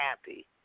happy